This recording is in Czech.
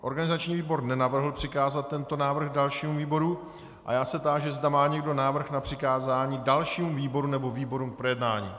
Organizační výbor nenavrhl přikázat tento návrh dalšímu výboru a já se táži, zda má někdo návrh na přikázání dalšímu výboru nebo výborům k projednání.